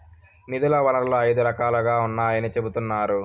నిధుల వనరులు ఐదు రకాలుగా ఉన్నాయని చెబుతున్నారు